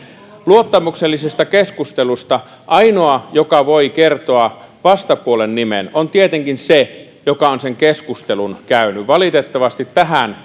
luottamuksellisesta keskustelusta ainoa joka voi kertoa vastapuolen nimen on tietenkin se joka on sen keskustelun käynyt valitettavasti tähän